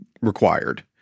Required